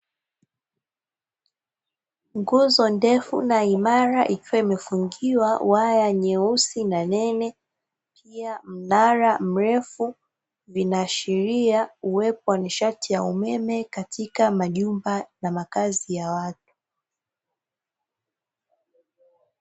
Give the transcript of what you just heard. Nguzo ndefu na imara ikiwa imefungiwa waya nyeusi na nene, pia mnara mrefu, vinaashiria uwepo wa nishati ya umeme katika majumba na makazi ya watu.